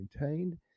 maintained